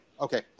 Okay